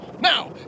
Now